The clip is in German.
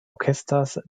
orchesters